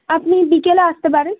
আপনি বিকেলে আসতে পারেন